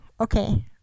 okay